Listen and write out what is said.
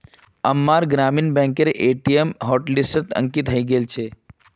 अम्मार ग्रामीण बैंकेर ए.टी.एम हॉटलिस्टत अंकित हइ गेल छेक